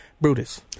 Brutus